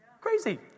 crazy